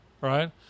right